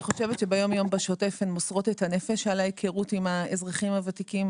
אני חושבת שהן מוסרות את הנפש על ההיכרות עם האזרחים הוותיקים.